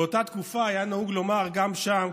באותה תקופה היה נהוג לומר גם שם,